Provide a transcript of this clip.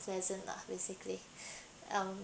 unpleasant lah basically um